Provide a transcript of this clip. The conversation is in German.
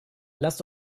lasst